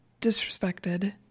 disrespected